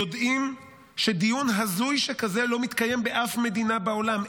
יודעים שדיון הזוי שכזה לא מתקיים באף מדינה בעולם.